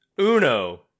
Uno